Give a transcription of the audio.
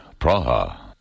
Praha